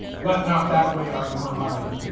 let not that weigh on your mind.